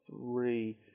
three